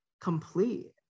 complete